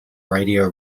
radio